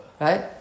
right